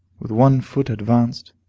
with one foot advanced.